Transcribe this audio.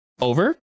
over